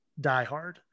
diehard